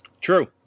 True